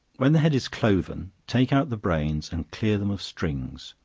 when the head is cloven, take out the brains and clear them of strings,